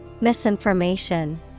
Misinformation